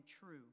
true